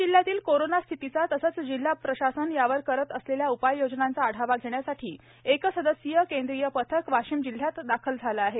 वाशिम जिल्ह्यातील कोरोना स्थितीचा तसेच जिल्हा प्रशासन यावर करीत असलेल्या उपाययोजनांचा आढावा घेण्यासाठी एक सदस्यीय केंद्रीय पथक वाशिम जिल्ह्यात दाखल झाले आहे